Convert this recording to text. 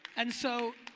and so